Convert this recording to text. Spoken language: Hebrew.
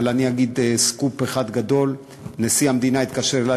אבל אגיד סקופ אחד גדול: נשיא המדינה התקשר אלי